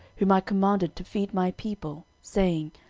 whom i commanded to feed my people, saying,